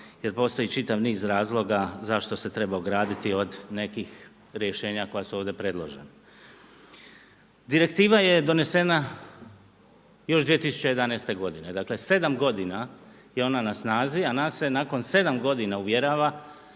jer postoji čitav niz razloga zašto se treba ograditi od nekih rješenja koja su ovdje predložena. Direktiva je donesena još 2011. dakle, 7 g. je ona na snazi, a nas se nakon 7 g. uvjerava,